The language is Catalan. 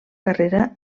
carrera